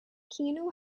kino